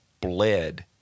bled